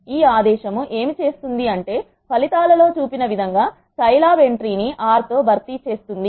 ఈ ఆదేశం ఏమి చేస్తుంది అంటే ఫలితాల లో చూపిన విధంగా scilab ఎంట్రీ ని ఆర్ R తో భర్తీ చేస్తుంది